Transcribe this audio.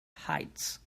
heights